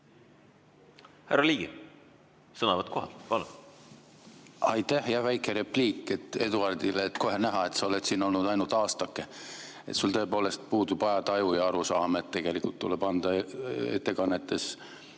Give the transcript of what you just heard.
Härra Ligi, sõnavõtt kohalt. Palun! Aitäh! Jaa, väike repliik Eduardile. Kohe näha, et sa oled siin olnud ainult aastakese. Sul tõepoolest puudub ajataju ja arusaam, et tegelikult tuleb anda ettekannetes